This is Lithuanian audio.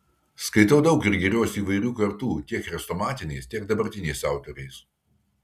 skaitau daug ir gėriuosi įvairių kartų tiek chrestomatiniais tiek dabartiniais autoriais